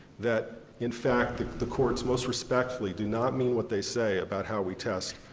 that in fact the courts most respectfully do not mean what they say about how we test.